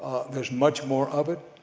there's much more of it.